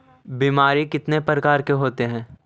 बीमारी कितने प्रकार के होते हैं?